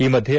ಈ ಮಧ್ಯೆ